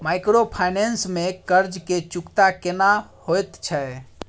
Microfinance में कर्ज के चुकता केना होयत छै?